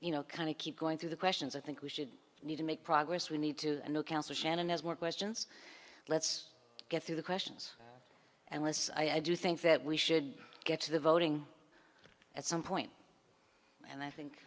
you know kind of keep going through the questions i think we should need to make progress we need to look elsewhere shannon has more questions let's get through the questions and listen i do think that we should get to the voting at some point and i think